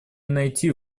найти